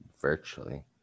Virtually